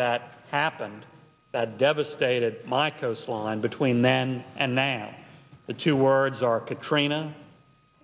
that happened that devastated my coastline between then and now the two words are katrina